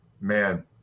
man